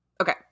Okay